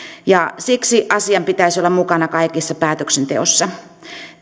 siksi asian pitäisi olla mukana kaikessa päätöksenteossa